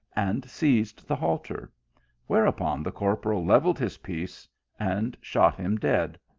and seized the halter whereupon the corporal levelled his piece and shot him dead.